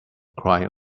crying